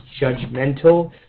judgmental